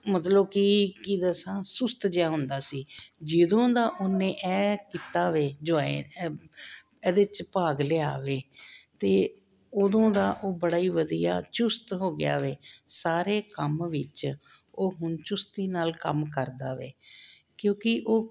ਮਤਲਬ ਕਿ ਕੀ ਦੱਸਾਂ ਸੁਸਤ ਜਿਹਾ ਹੁੰਦਾ ਸੀ ਜਦੋਂ ਦਾ ਉਹਨੇ ਇਹ ਕੀਤਾ ਵੇ ਜੋਇਨ ਇਹਦੇ 'ਚ ਭਾਗ ਲਿਆ ਵੇ ਅਤੇ ਉਦੋਂ ਦਾ ਉਹ ਬੜਾ ਹੀ ਵਧੀਆ ਚੁਸਤ ਹੋ ਗਿਆ ਵੇ ਸਾਰੇ ਕੰਮ ਵਿੱਚ ਉਹ ਹੁਣ ਚੁਸਤੀ ਨਾਲ ਕੰਮ ਕਰਦਾ ਵੇ ਕਿਉਂਕਿ ਉਹ